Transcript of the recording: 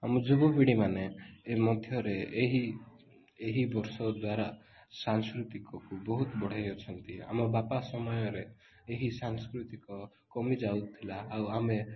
ଆମ ଯୁବପିଢ଼ି ମାନେ ଏ ମଧ୍ୟରେ ଏହି ଏହି ବର୍ଷ ଦ୍ୱାରା ସାଂସ୍କୃତିକକୁ ବହୁତ ବଢ଼େଇ ଅଛନ୍ତି ଆମ ବାପା ସମୟରେ ଏହି ସାଂସ୍କୃତିକ କମିଯାଉଥିଲା ଆଉ ଆମେ